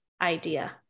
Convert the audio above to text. idea